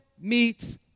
meets